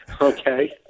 okay